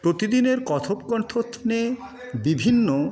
প্রতিদিনের কথোপকথনে বিভিন্ন